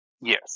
Yes